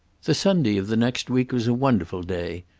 the sunday of the next week was a wonderful day,